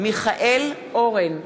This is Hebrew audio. מיכאל אורן,